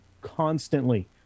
constantly